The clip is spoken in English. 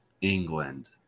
England